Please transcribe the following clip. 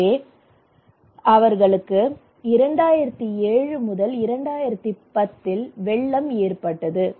எனவே அவர்களுக்கு 2007 2010ல் வெள்ளம் ஏற்பட்டது